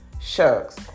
Shucks